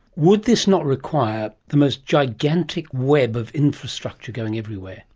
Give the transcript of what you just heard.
would this not require the most gigantic web of infrastructure going everywhere?